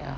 ya